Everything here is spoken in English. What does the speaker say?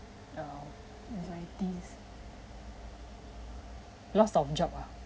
um anxieties lost of job ah ya